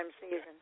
season